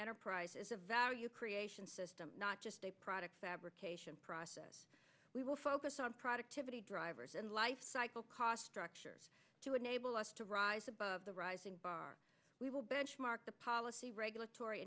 enterprise as a value creation system not just a product fabrication process we will focus on productivity drivers and lifecycle cost structures to enable us to rise above the rising bar we will benchmark the policy regulatory